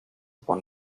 upon